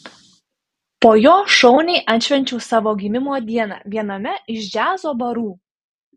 po jo šauniai atšvenčiau savo gimimo dieną viename iš džiazo barų